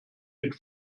mit